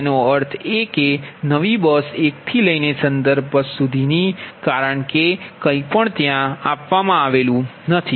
તેનો અર્થ એ કે નવી બસ એકથી લઈને સંદર્ભ બસ સુધીની કારણ કે કંઈ પણ ત્યાં નથી